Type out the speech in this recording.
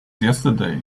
yesterday